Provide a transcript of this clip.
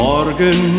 Morgen